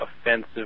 offensive